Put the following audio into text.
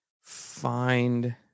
find